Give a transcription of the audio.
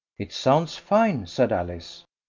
it sounds fine, said alice.